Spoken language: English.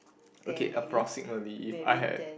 okay approximately if I had